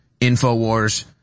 InfoWars